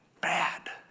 Bad